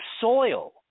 soil